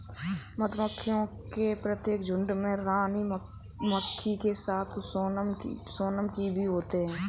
मधुमक्खियों के प्रत्येक झुंड में रानी मक्खी के साथ सोनम की भी होते हैं